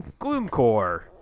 Gloomcore